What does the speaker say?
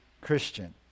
Christian